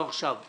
לא עכשיו.